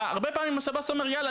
זה שהרבה פעמים השב"ס אומר "יאללה,